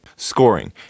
Scoring